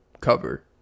cover